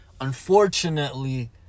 Unfortunately